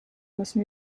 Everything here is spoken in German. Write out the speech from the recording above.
müssen